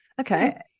okay